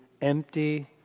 empty